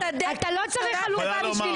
אתה לא צריך חלופה בשבילי.